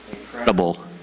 incredible